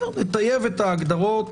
נטייב את ההגדרות